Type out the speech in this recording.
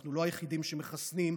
אנחנו לא היחידים שמחסנים,